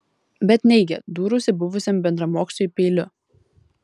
bet neigė dūrusi buvusiam bendramoksliui peiliu